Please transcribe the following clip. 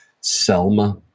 Selma